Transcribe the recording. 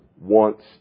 wants